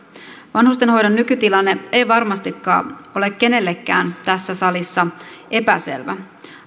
vanhustenhoidon nykytilanne ei varmastikaan ole kenellekään tässä salissa epäselvä